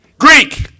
Greek